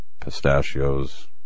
pistachios